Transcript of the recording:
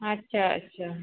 ᱟᱪᱪᱷᱟ ᱟᱪᱪᱷᱟ